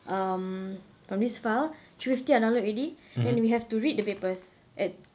um from this file three fifty I download already then we have to read the papers at